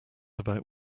about